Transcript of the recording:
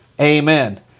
Amen